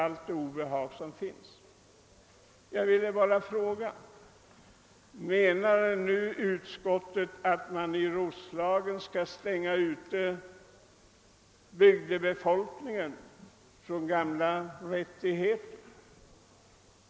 Jag skall ta ett exempel.